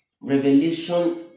Revelation